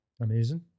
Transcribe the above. Amazing